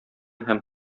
һәм